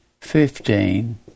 fifteen